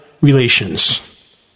Relations